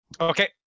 Okay